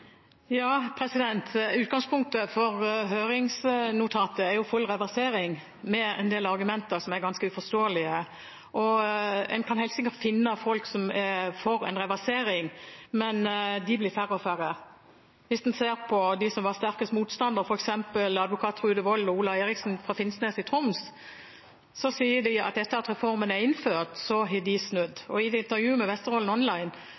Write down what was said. Utgangspunktet for høringsnotatet er full reversering, med en del argumenter som er ganske uforståelige. Man kan helt sikkert finne folk som er for en reversering, men de blir færre og færre. Hvis man hører på noen av dem som var sterkest motstander, f.eks. advokat Trude Wold og Olav Eriksen fra Finnsnes i Troms, sier de at etter at reformen er innført, har de snudd. I et intervju med Vesterålen Online